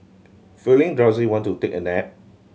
feeling drowsy want to take a nap